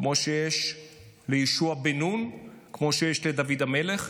כמו ליהושע בן נון, כמו לדוד המלך.